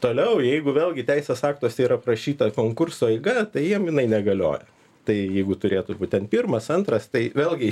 toliau jeigu vėlgi teisės aktuose yra aprašyta konkurso eiga tai jiem jinai negalioja tai jeigu turėtų būti ten pirmas antras tai vėlgi